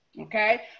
okay